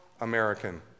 American